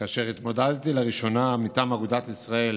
כאשר התמודדתי לראשונה מטעם אגודת ישראל